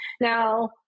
Now